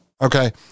Okay